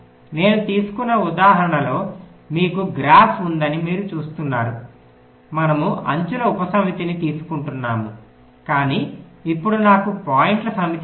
నేను తీసుకున్న ఉదాహరణలో మీకు గ్రాఫ్ ఉందని మీరు చూస్తున్నారు మనము అంచుల ఉపసమితిని తీసుకుంటున్నాముకానీ ఇప్పుడు నాకు పాయింట్ల సమితి ఉంది